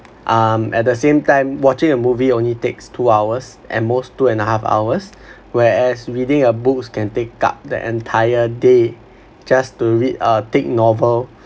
um at the same time watching a movie only takes two hours at most two and a half hours whereas reading a books can take up the entire day just to read a thick novel